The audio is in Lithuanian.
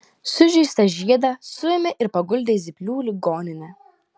sužeistą žiedą suėmė ir paguldė į zyplių ligoninę